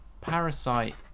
Parasite